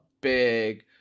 big